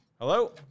hello